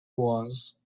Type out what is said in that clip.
was